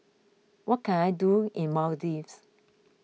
what can I do in Maldives